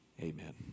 Amen